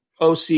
OC